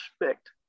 respect